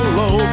low